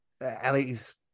Ellie's